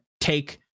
take